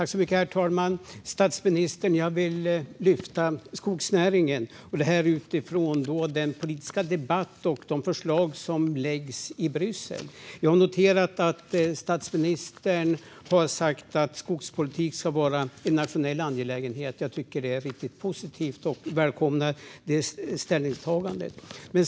Herr talman och statsministern! Jag vill lyfta skogsnäringen utifrån den politiska debatt som förs och de förslag som läggs fram i Bryssel. Jag har noterat att statsministern har sagt att skogspolitik ska vara en nationell angelägenhet. Jag tycker att det är riktigt positivt och välkomnar det ställningstagandet.